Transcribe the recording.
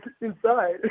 inside